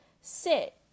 sit